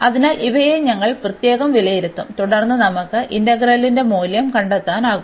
അതിനാൽ ഇവയെ ഞങ്ങൾ പ്രത്യേകം വിലയിരുത്തും തുടർന്ന് നമുക്ക് ഇന്റഗ്രലിന്റെ മൂല്യം കണ്ടെത്താനാകും